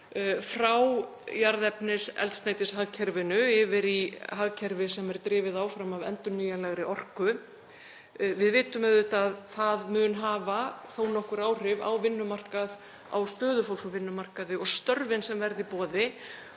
frá jarðefniseldsneytishagkerfinu yfir í hagkerfi sem er drifið áfram af endurnýjanlegri orku. Við vitum auðvitað að það mun hafa þó nokkur áhrif á vinnumarkað, á stöðu fólks á vinnumarkaði og störfin sem verða í boði.